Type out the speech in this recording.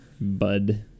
Bud